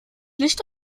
licht